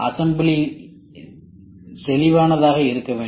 assembly தெளிவானதாக இருக்க வேண்டும்